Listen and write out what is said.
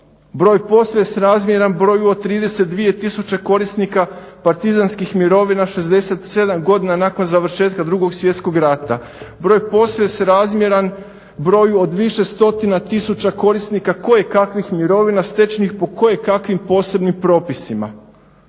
Broj posve srazmjeran broju od 32000 korisnika partizanskih mirovina 67 godina nakon završetka Drugog svjetskog rata. Broj posve srazmjeran broju od više stotina tisuća korisnika kojekakvih mirovina stečenih po kojekakvim posebnim propisima.